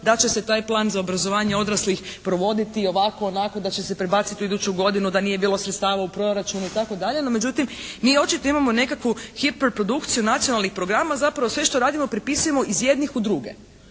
da će se taj plan za obrazovanje odraslih provoditi ovako, onako. Da će se prebaciti u iduću godinu, da nije bilo sredstava u proračunu i tako dalje. No međutim mi očito imamo nekakvu hiper produkciju nacionalnih programa. Zapravo sve što radimo prepisujemo iz jednih u druge.